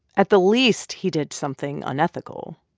at the least he did something unethical,